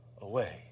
away